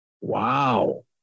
Wow